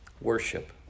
worship